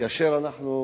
כאשר אנחנו,